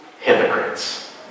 hypocrites